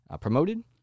promoted